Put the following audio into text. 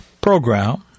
program